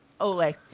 Ole